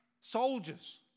soldiers